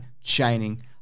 chaining